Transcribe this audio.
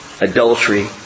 adultery